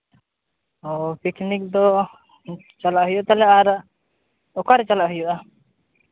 ᱦᱮᱸ ᱯᱤᱠᱱᱤᱠ ᱫᱚ ᱪᱟᱞᱟᱜ ᱦᱩᱭᱩᱜᱼᱟ ᱛᱟᱦᱚᱞᱮ ᱟᱨ ᱚᱠᱟᱨᱮ ᱪᱟᱞᱟᱜ ᱦᱩᱭᱩᱜᱼᱟ